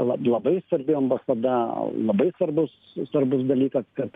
lab labai svarbi ambasada labai svarbus svarbus dalykas kad